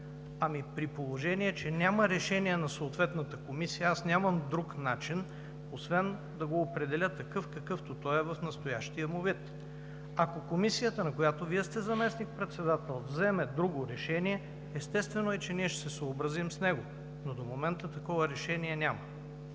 Ами, при положение че няма решение на съответната комисия, аз нямам друг начин освен да го определя такъв, какъвто той е в настоящия му вид. Ако Комисията, на която Вие сте заместник-председател, вземе друго решение, естествено е, че ние ще се съобразим с него. Но до момента такова решение няма.